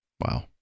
Wow